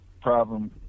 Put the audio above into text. problem